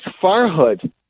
Farhood